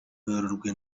werurwe